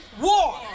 war